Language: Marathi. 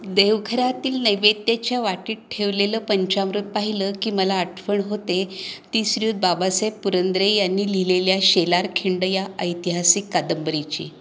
देवघरातील नैवेद्याच्या वाटीत ठेवलेलं पंचामृत पाहिलं की मला आठवण होते ती श्रीयुत बाबासाहेब पुरंदरे यांनी लिहिलेल्या शेलारखिंड या ऐतिहासिक कादंबरीची